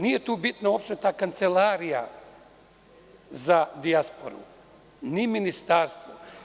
Nije tu bitna uopšte ta kancelarija za dijasporu, ni ministarstvo.